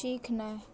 सीखनाइ